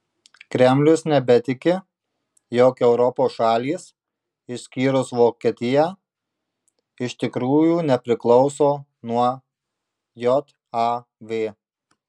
kremlius nebetiki jog europos šalys išskyrus vokietiją iš tikrųjų nepriklauso nuo jav